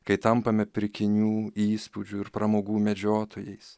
kai tampame pirkinių įspūdžių ir pramogų medžiotojais